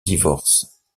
divorce